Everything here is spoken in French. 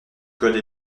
code